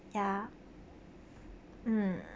ya mm